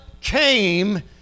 came